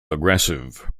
aggressive